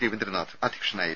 രവീന്ദ്രനാഥ് അധ്യക്ഷനായിരുന്നു